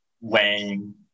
weighing